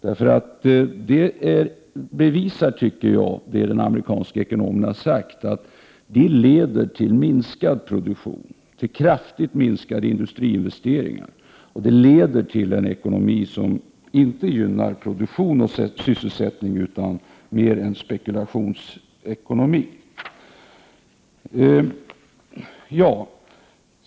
Det leder, som de amerikanska ekonomerna har sagt, till minskad produktion och till kraftigt minskade industriinvesteringar. Det leder till en ekonomi som inte gynnar produktion och sysselsättning — till en spekulationsekonomi.